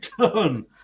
done